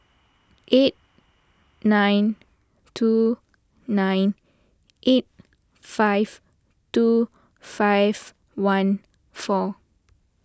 eight nine two nine eight five two five one four